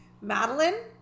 Madeline